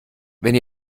wenn